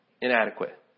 Inadequate